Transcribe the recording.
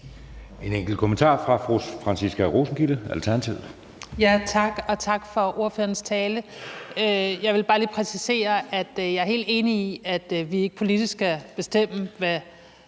en enkelt kommentar fra fru Franciska Rosenkilde, Alternativet. Kl. 19:46 Franciska Rosenkilde (ALT): Tak, og tak for ordførerens tale. Jeg vil bare lige præcisere, at jeg er helt enig i, at vi ikke politisk skal bestemme, hvad